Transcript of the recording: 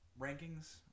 rankings